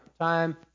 time